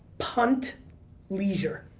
punt leisure.